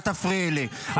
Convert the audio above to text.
אל תפריעי לי.